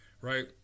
right